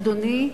אדוני,